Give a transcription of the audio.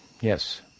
Yes